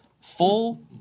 full